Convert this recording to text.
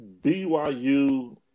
BYU